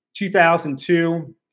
2002